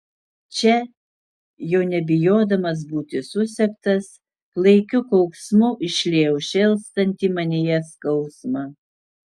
čia jau nebijodamas būti susektas klaikiu kauksmu išliejau šėlstantį manyje skausmą